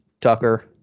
Tucker